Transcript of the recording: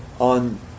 on